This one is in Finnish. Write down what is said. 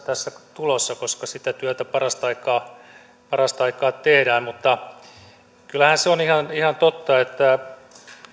tässä tulossa koska sitä työtä parastaikaa parastaikaa tehdään kyllähän se on ihan on ihan totta että